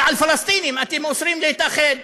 אבל על פלסטינים אתם אוסרים להתאחד.